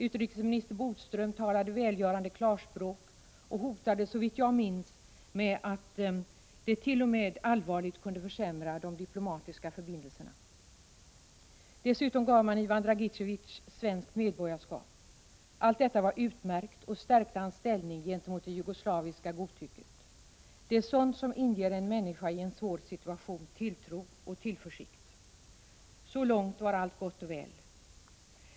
Utrikesminister Bodström talade välgörande klarspråk och hotade såvitt jag minns med att det inträffade t.o.m. allvarligt kunde försämra de diplomatiska förbindelserna. Dessutom gav man Ivan Dragitevié svenskt medborgarskap. Allt detta var utmärkt och stärkte hans ställning gentemot det jugoslaviska godtycket. Det är sådant som inger en människa i en svår situation tilltro och tillförsikt. Så långt var allt gott och väl.